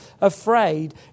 afraid